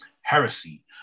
heresy